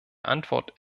antwort